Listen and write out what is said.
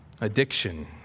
addiction